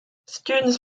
students